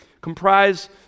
comprise